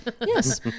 Yes